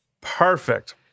Perfect